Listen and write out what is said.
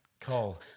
call